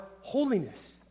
holiness